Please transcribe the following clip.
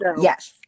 Yes